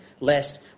lest